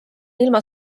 ilma